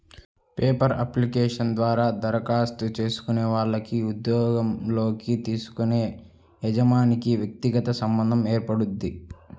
paper application ద్వారా దరఖాస్తు చేసుకునే వాళ్లకి ఉద్యోగంలోకి తీసుకునే యజమానికి వ్యక్తిగత సంబంధం ఏర్పడుద్ది